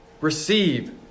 receive